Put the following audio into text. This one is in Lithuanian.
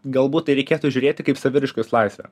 galbūt tai reikėtų žiūrėti kaip saviraiškos laisvę